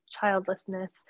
childlessness